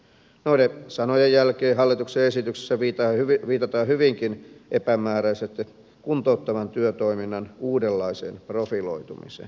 noiden sanojen jälkeen hallituksen esityksessä viitataan hyvinkin epämääräisesti kuntouttavan työtoiminnan uudenlaiseen profiloitumiseen